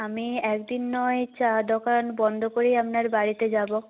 আমি একদিন নয় চা দোকান বন্ধ করেই আপনার বাড়িতে যাব